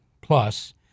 plus